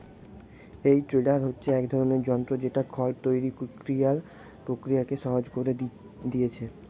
এই টেডার হচ্ছে এক ধরনের যন্ত্র যেটা খড় তৈরি কোরার প্রক্রিয়াকে সহজ কোরে দিয়েছে